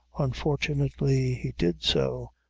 unfortunately he did so,